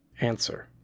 Answer